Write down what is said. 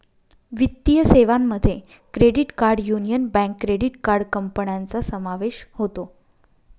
वित्तीय सेवांमध्ये credit card union bank credit card कंपन्यांचा समावेश होतो